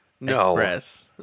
express